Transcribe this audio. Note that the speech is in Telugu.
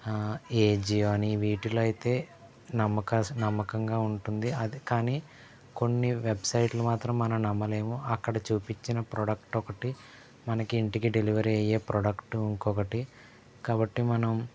ఏ జియో అని వీటిలో అయితే నమ్మక నమ్మకంగా ఉంటుంది అది కానీ కొన్ని వెబ్సైట్లు మాత్రం మనం నమ్మలేము అక్కడ చూపించిన ప్రోడక్ట్ ఒకటి మనకి ఇంటికి డెలివరీ అయ్యే ప్రోడక్ట్ ఇంకొకటీ కాబట్టి మనం